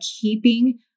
keeping